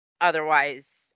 otherwise